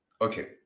okay